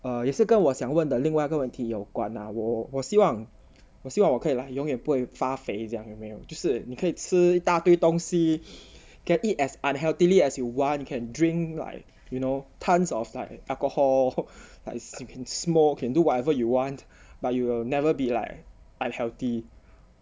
err 也是跟我想问的另外一个问题有关 ah 我我希望我希望我可以 like 永远不会发肥这样你明白吗就是你可以吃一大堆东西 can eat as unhealthily as you want one can drink li~ you know tons of like alcohol like it's you can smoke can do whatever you want but you will never be like unhealthy